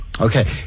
Okay